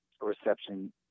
reception